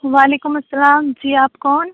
وعلیکم السلام جی آپ کون